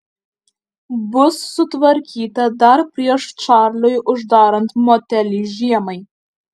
bus sutvarkyta dar prieš čarliui uždarant motelį žiemai